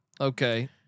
okay